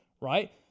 right